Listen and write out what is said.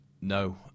no